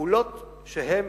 פעולות שהן